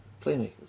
playmakers